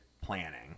planning